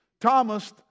Thomas